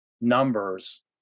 numbers